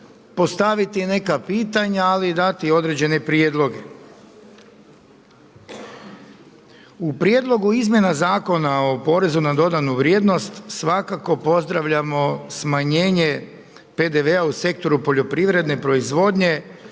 postaviti neka pitanja ali i dati određene prijedloge. U prijedlogu izmjena Zakona o porezu na dodanu vrijednost svakako pozdravljamo smanjenje PDV-a u sektoru poljoprivredne proizvodnje